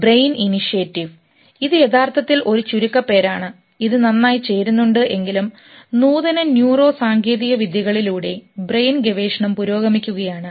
brain initiative ഇത് യഥാർത്ഥത്തിൽ ഒരു ചുരുക്കപ്പേരാണ് ഇത് നന്നായി ചേരുന്നുണ്ട് എങ്കിലും നൂതന ന്യൂറോ സാങ്കേതിക വിദ്യകളിലൂടെ ബ്രെയിൻ ഗവേഷണം പുരോഗമിക്കുകയാണ്